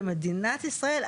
במדינת ישראל,